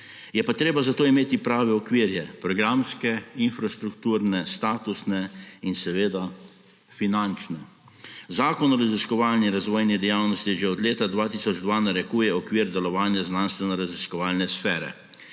Je pa treba zato imeti prave okvirje – programske, infrastrukturne, statusne in seveda finančne. Zakon o raziskovalni razvojni dejavnosti že od leta 2002 narekuje okvir delovanja znanstvenoraziskovalne sfere.